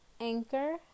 Anchor